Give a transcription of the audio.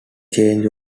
change